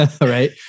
Right